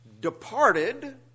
departed